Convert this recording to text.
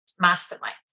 Mastermind